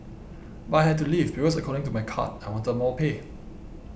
but I had to leave because according to my card I wanted more pay